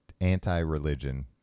Anti-religion